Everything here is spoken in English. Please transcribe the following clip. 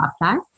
apply